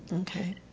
Okay